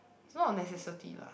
not a necessity lah